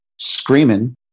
screaming